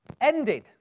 ended